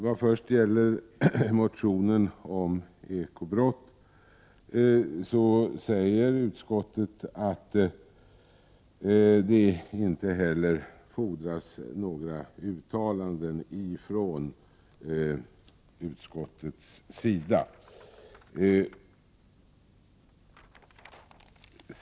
När det gäller motionen om ekobrott säger utskottet att det inte fordras några uttalanden från utskottets sida.